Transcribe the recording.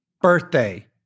birthday